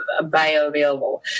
bioavailable